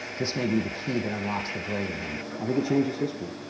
this may be the key that unlocks the grave then. i think it changes history.